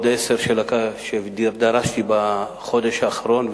ועוד 10 שדרשתי בחודש האחרון,